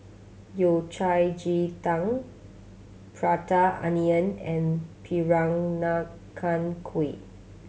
Yao Cai ji tang Prata Onion and Peranakan Kueh